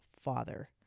Father